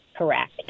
correct